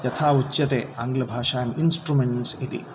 यथा उच्यते आङ्ग्लभाषायाम् इन्स्ट्रुमेण्ट्स् इति